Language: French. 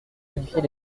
modifier